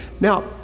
now